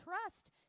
trust